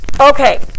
Okay